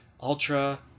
ultra